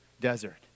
desert